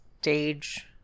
stage